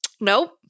Nope